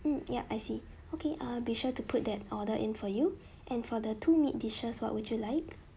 hmm yup I see okay uh be sure to put that order in for you and for the two meat dishes what would you like